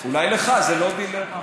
אולי לך זה לא דילמה.